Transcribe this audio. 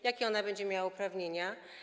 Jakie będzie miała uprawnienia?